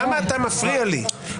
למה אתה מפריע לי?